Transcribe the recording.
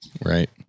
right